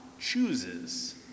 chooses